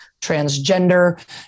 transgender